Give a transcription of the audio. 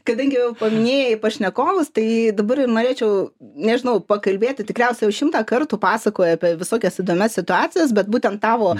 kadangi jau paminėjai pašnekovus tai dabar ir norėčiau nežinau pakalbėti tikriausiai jau šimtą kartų pasakoji apie visokias įdomias situacijas bet būtent tavo